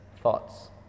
thoughts